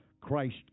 Christ